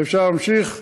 ואפשר להמשיך.